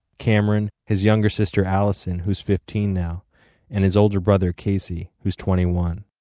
cameron, his younger sister allison who's fifteen now and his older brother casey who's twenty one.